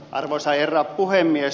arvoisa herra puhemies